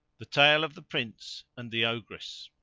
the tale of the prince and the ogress.